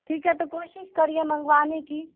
ٹھیک ہے تو کوشش کریے منگوانے کی